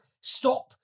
stop